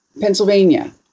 Pennsylvania